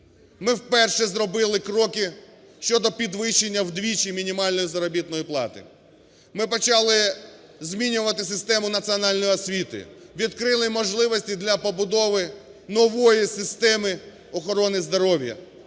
Ми вперше зробили кроки щодо підвищення вдвічі мінімальної заробітної плати. Ми почали змінювати систему національної освіти, відкрили можливості для побудови нової системи охорони здоров'я.